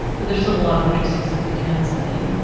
but there's still a lot of interesting stuff we can study.